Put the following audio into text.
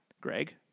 Greg